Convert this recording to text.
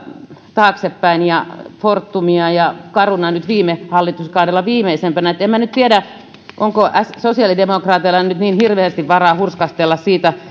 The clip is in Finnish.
taaksepäin ja fortumia ja carunaa nyt viime hallituskaudelta viimeisimpänä niin että en minä nyt tiedä onko sosiaalidemokraateilla nyt niin hirveästi varaa hurskastella siitä